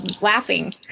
laughing